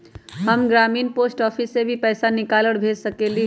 हम ग्रामीण post office से भी पैसा निकाल और भेज सकेली?